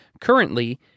Currently